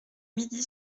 midi